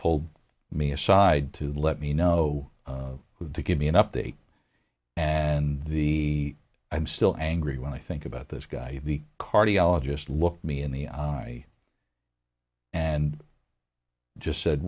told me aside to let me know who to give me an update and the i'm still angry when i think about this guy the cardiologist looked me in the eye and just said